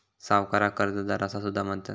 सावकाराक कर्जदार असा सुद्धा म्हणतत